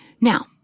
Now